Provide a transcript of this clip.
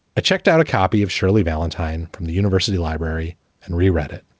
checked out a copy of shirley valentine from the university library and re-read it.